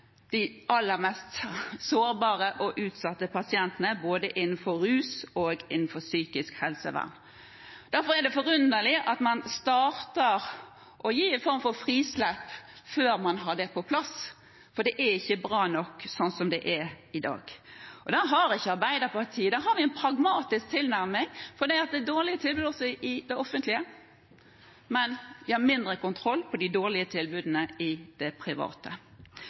de aller mest sårbare og utsatte pasientene, innenfor både rus og psykisk helsevern. Derfor er det forunderlig at man starter med å gi en form for frislepp før man har det på plass, for det er ikke bra nok sånn som det er i dag. Det har vi i Arbeiderpartiet en pragmatisk tilnærming til, for det er dårlige tilbud også i det offentlige, men vi har mindre kontroll på de dårlige tilbudene i det private.